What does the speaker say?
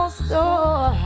store